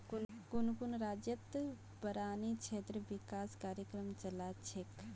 कुन कुन राज्यतत बारानी क्षेत्र विकास कार्यक्रम चला छेक